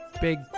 big